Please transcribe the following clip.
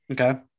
okay